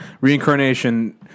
reincarnation